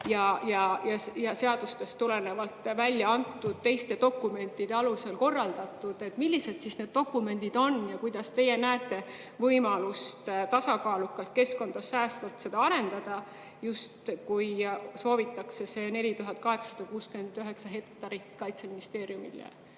seadustest tulenevalt välja antud teiste dokumentide alusel. Millised need dokumendid on? Kuidas teie näete võimalust tasakaalukalt, keskkonda säästvalt seda arendada, kui soovitakse see 4869 hektarit Kaitseministeeriumile